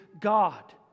God